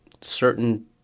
Certain